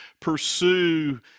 pursue